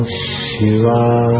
Shiva